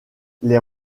les